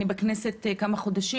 אני בכנסת כמה חודשים,